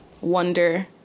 wonder